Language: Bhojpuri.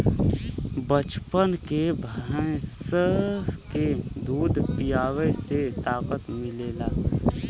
बच्चन के भैंस के दूध पीआवे से ताकत मिलेला